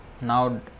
now